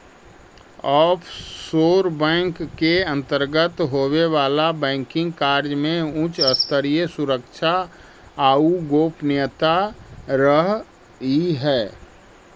offshore bank के अंतर्गत होवे वाला बैंकिंग कार्य में उच्च स्तरीय सुरक्षा आउ गोपनीयता रहऽ हइ